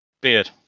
Beard